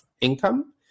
income